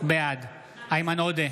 בעד איימן עודה,